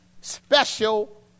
special